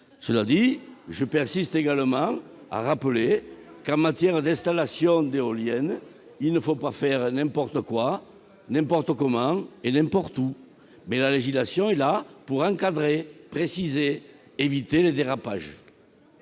éolicide. Je persiste également à rappeler que, en matière d'installation d'éoliennes, il ne faut pas faire n'importe quoi, n'importe comment et n'importe où. La législation sert à encadrer, préciser et éviter les dérapages.